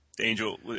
Angel